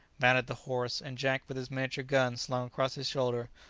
mounted the horse, and jack, with his miniature gun slung across his shoulder,